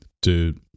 Dude